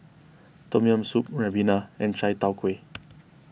Tom Yam Soup Ribena and Chai Tow Kway